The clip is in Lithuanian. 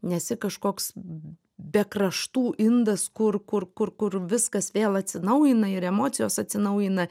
nesi kažkoks be kraštų indas kur kur kur kur viskas vėl atsinaujina ir emocijos atsinaujina